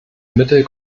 mittel